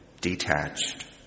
detached